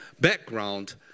background